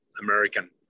American